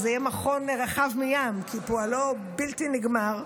זה יהיה מכון רחב מים כי פועלו הוא בלתי נגמר,